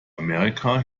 america